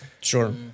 Sure